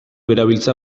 erabiltzea